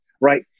right